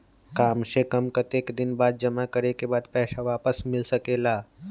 काम से कम कतेक दिन जमा करें के बाद पैसा वापस मिल सकेला?